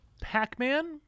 Pac-Man